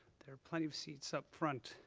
there are plenty of seats up front,